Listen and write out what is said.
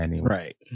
Right